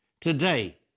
Today